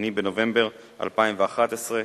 28 בנובמבר 2011,